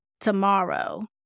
tomorrow